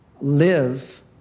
live